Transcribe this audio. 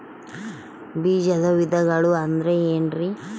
ಬೇಜದ ವಿಧಗಳು ಅಂದ್ರೆ ಏನ್ರಿ?